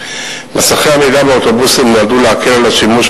מסכי המידע באוטובוסים נועדו להקל את השימוש